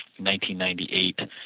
1998